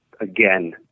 again